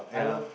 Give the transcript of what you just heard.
ya